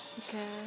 Okay